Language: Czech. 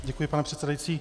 Děkuji, pane předsedající.